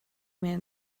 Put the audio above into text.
man